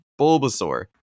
Bulbasaur